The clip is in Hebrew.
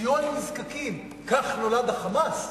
סיוע לנזקקים, כך נולד ה"חמאס".